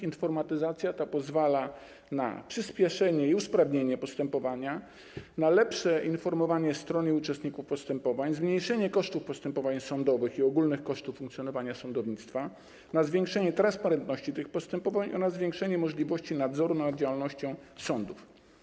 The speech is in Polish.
Informatyzacja ta pozwala na przyspieszenie i usprawnienie postępowania, lepsze informowanie stron i uczestników postępowań, zmniejszenie kosztów postępowań sądowych i ogólnych kosztów funkcjonowania sądownictwa, zwiększenie transparentności tych postępowań oraz zwiększenie możliwości nadzoru nad działalnością sądów.